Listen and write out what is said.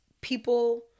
people